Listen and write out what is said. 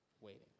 Waiting